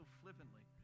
flippantly